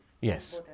Yes